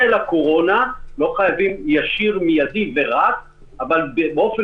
לא צריך קשר ישיר ומיידי ובלעדי אבל באופן